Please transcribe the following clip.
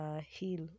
heal